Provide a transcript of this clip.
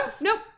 nope